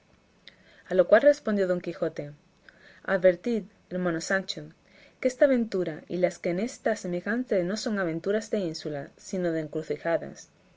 a lo cual respondió don quijote advertid hermano sancho que esta aventura y las a ésta semejantes no son aventuras de ínsulas sino de encrucijadas